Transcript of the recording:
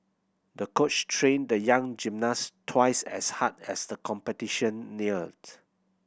the coach trained the young gymnast twice as hard as the competition neared